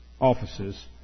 offices